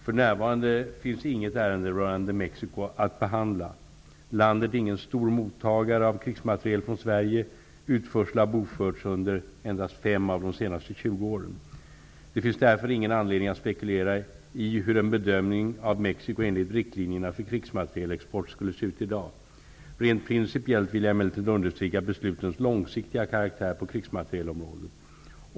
För närvarande finns inget ärende rörande Mexico att behandla. Landet är ingen stor mottagare av krigsmateriel från Sverige. Utförsel har bokförts under endast fem av de senaste 20 åren. Det finns därför ingen anledning att spekulera i hur en bedömning av Mexico enligt riktlinjerna för krigsmaterielexport skulle se ut i dag. Rent principiellt vill jag emellertid understryka beslutens långsiktiga karaktär på krigsmaterielområdet.